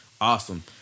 Awesome